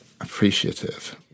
appreciative